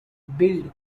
build